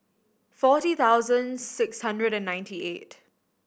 forty thousand six hundred and ninety eight